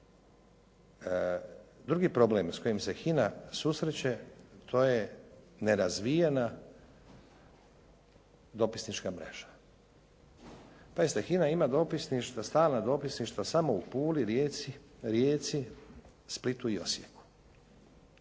drugi problem s kojim se HINA susreće to je nerazvijena dopisnička mreža. Pazite HINA ima dopisništva, stalna dopisništva samo u Puli, Rijeci, Splitu i Osijeku.